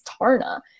Tarna